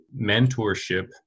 mentorship